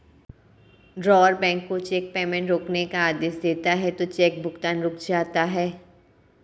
drawer bank को cheque payment रोकने का आदेश देता है तो चेक भुगतान रुक जाता है